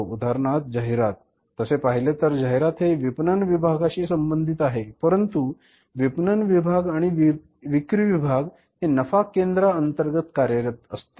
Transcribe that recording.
उदाहरणार्थ जाहिरात तसे पहिले तर जाहिरात हे विपणन विभागाशी संबंधित आहे परंतु विपणन विभाग आणि विक्री विभाग हि नफा केंद्रा अंतर्गत कार्यरत असतो